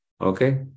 Okay